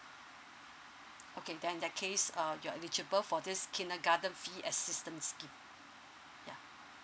okay then in that case uh you're eligible for this kindergarten fee assistance scheme ya